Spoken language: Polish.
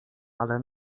ale